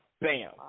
Bam